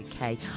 UK